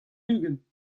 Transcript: ugent